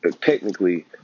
technically